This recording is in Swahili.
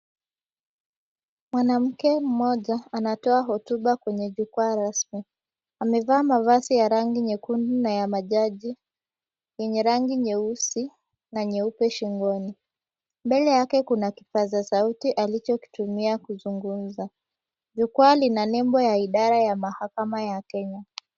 Mwanamke mmoja anatoa hotuba kwenye jukwaa rasmi, amevaa mavazi ya rangi nyekundu na ya majaji yenye rangi nyeusi na nyeupe shingoni. Mbele yake kuna kipaza sauti alichokitumia kuzungumza. Jukwaa lina nembo ya Idara ya Mahakama ya Kenya.